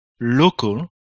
local